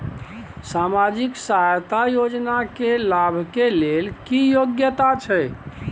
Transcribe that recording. सामाजिक सहायता योजना के लाभ के लेल की योग्यता छै?